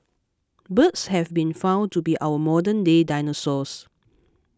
birds have been found to be our modernday dinosaurs